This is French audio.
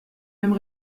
mêmes